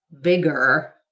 Bigger